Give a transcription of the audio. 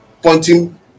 pointing